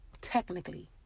Technically